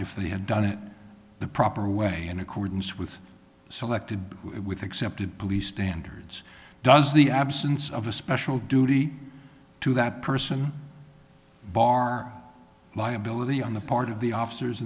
if they had done it the proper way in accordance with selected with accepted police standards does the absence of a special duty to that person bar liability on the part of the officers